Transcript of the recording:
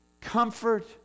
comfort